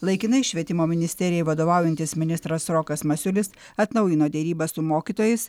laikinai švietimo ministerijai vadovaujantis ministras rokas masiulis atnaujino derybas su mokytojais